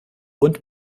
und